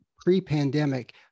pre-pandemic